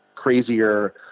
Crazier